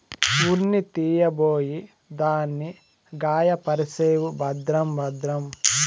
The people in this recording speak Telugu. ఉన్ని తీయబోయి దాన్ని గాయపర్సేవు భద్రం భద్రం